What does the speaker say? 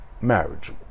marriage